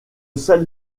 seul